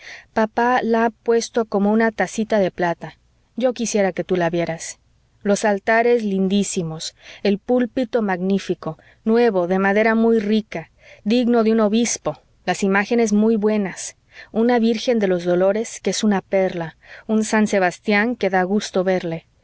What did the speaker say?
papá la ha puesto como una tacita de plata yo quisiera que tú la vieras los altares lindísimos el púlpito magnífico nuevo de madera muy rica digno de un obispo las imágenes muy buenas una virgen de los dolores que es una perla un san sebastián que da gusto verle